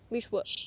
which work